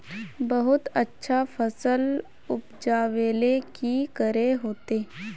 बहुत अच्छा फसल उपजावेले की करे होते?